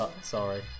Sorry